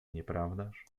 nieprawdaż